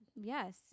yes